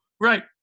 Right